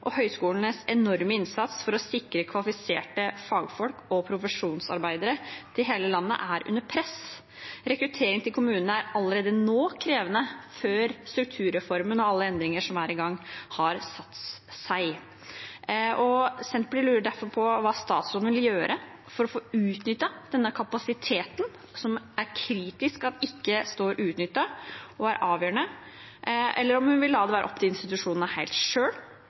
og høyskolenes enorme innsats for å sikre kvalifiserte fagfolk og profesjonsarbeidere i hele landet er under press. Rekruttering til kommunene er allerede nå krevende, før strukturreformen og alle endringer som er i gang, har satt seg. Senterpartiet lurer derfor på hva statsråden vil gjøre for å få utnyttet denne kapasiteten, som er kritisk og avgjørende fordi den står uutnyttet, eller om hun vil la det være opp til institusjonene helt